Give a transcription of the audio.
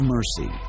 Mercy